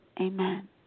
Amen